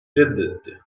reddetti